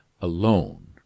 alone